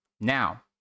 Now